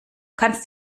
kannst